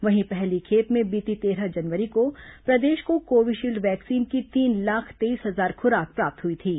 वहीं पहली खेप में बीती तेरह जनवरी को प्रदेश को कोविशील्ड वैक्सीन की तीन लाख तेईस हजार खुराक प्राप्त हुई थीं